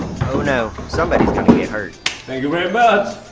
oh no, somebody's gonna get hurt thank you very much